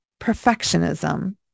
perfectionism